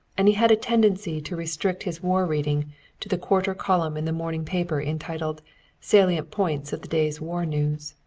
and he had a tendency to restrict his war reading to the quarter column in the morning paper entitled salient points of the day's war news.